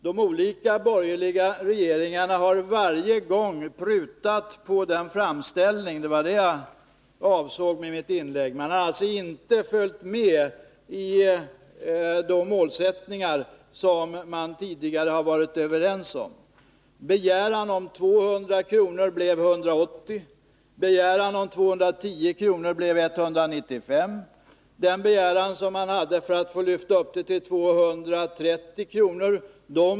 De olika borgerliga regeringarna har varje gång prutat på framställningarna, och det var det som jag avsåg med mitt inlägg. De har inte följt med i de målsättningar som vi tidigare har varit överens om. Framställningen om 200 kr. blev 180 kr., 210 kr. blev 195 kr. Den framställning som gjordes att få lyfta upp ersättningen till 230 kr.